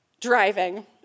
driving